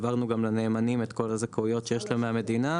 העברנו גם לנאמנים את כל הזכאויות שיש להם מהמדינה.